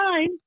time